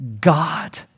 God